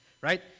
right